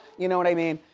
you know what i mean?